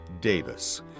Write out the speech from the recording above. Davis